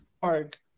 park